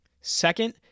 Second